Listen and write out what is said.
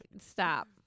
stop